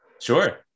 sure